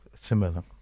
similar